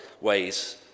ways